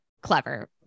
clever